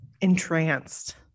entranced